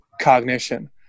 cognition